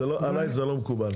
עליי זה לא מקובל.